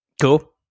Cool